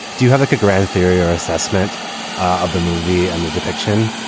do you have a good grand theory or assessment of the movie and the depiction?